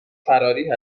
فراری